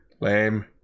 Lame